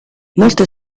molte